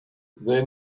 they